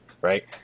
right